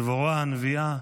דבורה הנביאה,